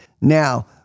Now